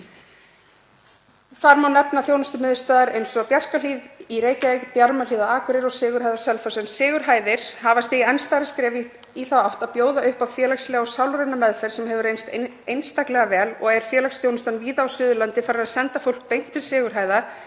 Þar má nefna þjónustumiðstöðvar eins og Bjarkarhlíð í Reykjavík, Bjarmahlíð á Akureyri og Sigurhæðir á Selfossi, en Sigurhæðir hafa stigið enn stærra skref í þá átt að bjóða upp á félagslega og sálræna meðferð sem hefur reynst einstaklega vel og er félagsþjónustan víða á Suðurlandi farin að senda fólk beint til Sigurhæða